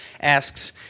asks